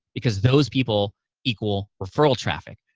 because those people equal referral traffic,